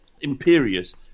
imperious